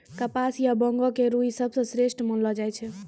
कपास या बांगो के रूई सबसं श्रेष्ठ मानलो जाय छै